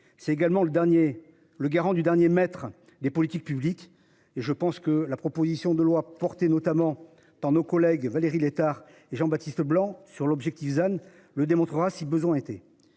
C'est également le dernier le garant du dernier maître des politiques publiques et je pense que la proposition de loi portée notamment dans nos collègues Valérie Létard et Jean-Baptiste Leblanc sur l'objectif Jeanne le démontrera si besoin était.